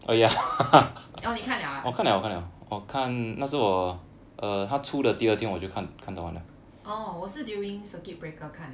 oh 你看 liao ah oh 我是 during circuit breaker 看